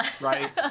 Right